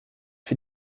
für